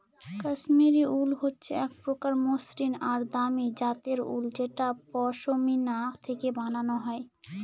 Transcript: Kashmiri wool হচ্ছে এক প্রকার মসৃন আর দামি জাতের উল যেটা পশমিনা থেকে বানানো হয়